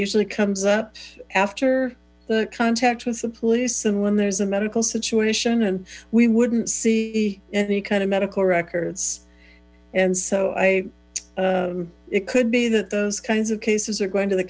usually comes up after the contact with the police and when there's a medical situation and we wouldn't see any kind of medical records and so i think it could be that those kinds of cases are going to the